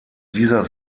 dieser